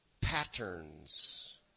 patterns